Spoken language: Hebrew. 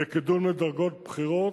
בקידום לדרגות בכירות.